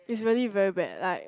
is really very bad like